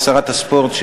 שרת הספורט,